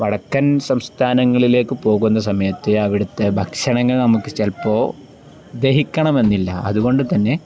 വടക്കൻ സംസ്ഥാനങ്ങളിലേക്കു പോകുന്ന സമയത്ത് അവിടുത്തെ ഭക്ഷണങ്ങൾ നമുക്കു ചിലപ്പോള് ദഹിക്കണമെന്നില്ല അതുകൊണ്ടുതന്നെ